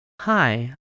Hi